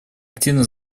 активно